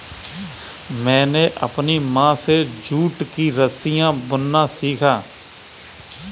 मैंने अपनी माँ से जूट की रस्सियाँ बुनना सीखा